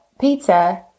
pizza